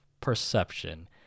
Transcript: perception